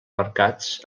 mercats